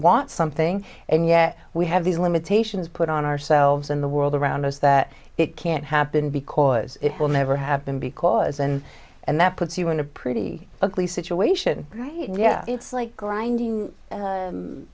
want something and yet we have these limitations put on ourselves and the world around us that it can't happen because it will never happen because and and that puts you in a pretty ugly situation right now yeah it's like grinding